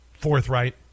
forthright